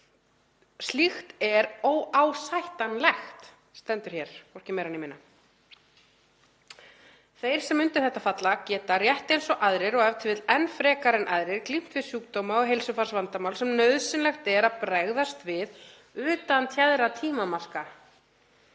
Slíkt er óásættanlegt.“ — stendur hér, hvorki meira né minna — „Þeir sem undir þetta falla geta, rétt eins og aðrir og e.t.v. enn frekar en aðrir, glímt við sjúkdóma og heilsufarsvandamál sem nauðsynlegt er að bregðast við utan téðra tímamarka.